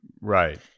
Right